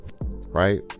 right